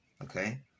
Okay